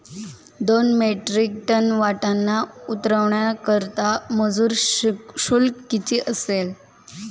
दोन metric tonne वाटाणा उतरवण्याकरता मजूर शुल्क किती असेल?